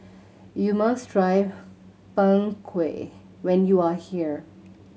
you must try Png Kueh when you are here